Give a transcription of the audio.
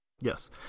Yes